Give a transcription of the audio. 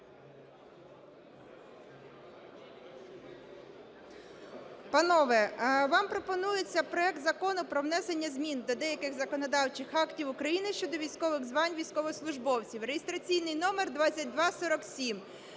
прийняття за основу проект Закону про внесення змін до деяких законодавчих актів України щодо військових звань військовослужбовців (реєстраційний номер 2247).